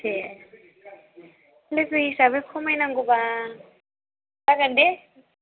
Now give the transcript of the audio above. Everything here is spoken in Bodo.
दे लोगो हिसाबै खमाय नांगौ बा जागोन दे